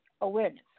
awareness